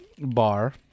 bar